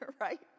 right